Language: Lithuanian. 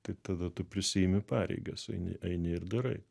tai tada tu prisiimi pareigas eini ir darai